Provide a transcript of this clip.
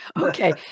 okay